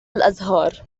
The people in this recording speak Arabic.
الأزهار